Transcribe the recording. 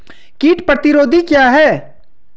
कीट प्रतिरोधी क्या है?